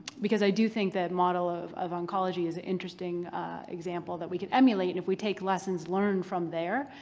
because i do think that model of of oncology is an interesting example that we can emulate if we take lessons learned from there.